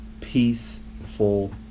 peaceful